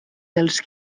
dels